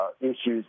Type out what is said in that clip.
issues